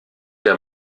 der